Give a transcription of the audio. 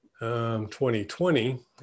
2020